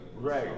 Right